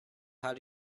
how